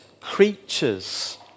creatures